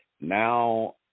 Now